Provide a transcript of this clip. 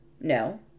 No